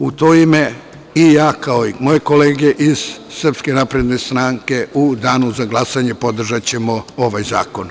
U to ime, ja i moje kolege iz Srpske napredne stranke, u danu za glasanje podržaćemo ovaj zakon.